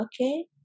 okay